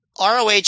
ROH